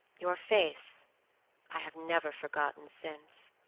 your face i have never forgotten since.